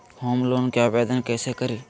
Home loan के आवेदन कैसे करि?